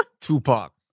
Tupac